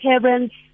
parents